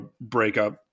breakup